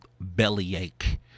bellyache